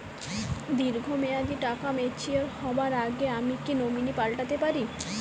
দীর্ঘ মেয়াদি টাকা ম্যাচিউর হবার আগে আমি কি নমিনি পাল্টা তে পারি?